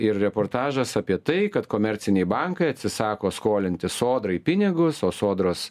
ir reportažas apie tai kad komerciniai bankai atsisako skolinti sodrai pinigus o sodros